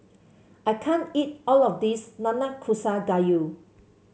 I can't eat all of this Nanakusa Gayu